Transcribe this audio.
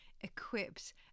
equipped